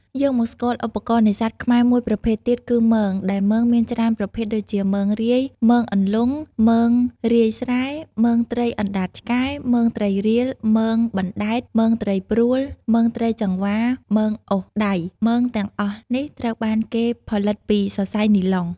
យើងមកស្គាល់ឧបករណ៍នេសាទខ្មែរមួយប្រភេទទៀតគឺ មង ដែលមងមានច្រើនប្រភេទដូចជា មងរាយ មងអន្លង់ មងរាយស្រែ មងត្រីអណ្តាតឆ្កែ មងត្រីរៀល មងបណ្តែត មងត្រីព្រួល មងត្រីចង្វា មងអូសដៃ។ល។ មងទាំងអស់នេះត្រូវបានគេផលិតពីសរសៃនីឡុង។